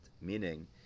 Meaning